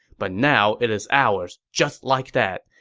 but now it's ours just like that,